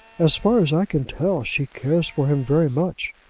as far as i can tell, she cares for him very much.